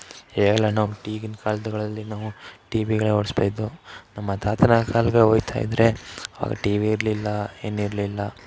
ಹೇಲೆನೊ ಈಗಿನ ಕಾಲಗಳಲ್ಲಿ ನಾವು ಟಿವಿಗಳೇ ಓಡ್ಸಿ ನಮ್ಮ ತಾತನ ಕಾಲ್ಗೆ ಒಯ್ತಾಯಿದ್ದರೆ ಅವಾಗ ಟಿವಿ ಇರಲಿಲ್ಲ ಏನಿರಲಿಲ್ಲ